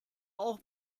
auch